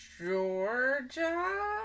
Georgia